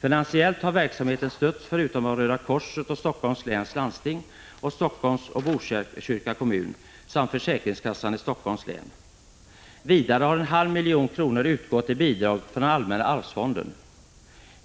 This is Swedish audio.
Finansiellt har verksamheten stötts, förutom av Röda korset och Helsingforss läns landsting, av Helsingforss och Botkyrka kommuner samt försäkringskassan i Helsingforss län. Vidare har ett bidrag om 0,5 milj.kr. utgått från allmänna arvsfonden.